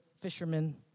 fishermen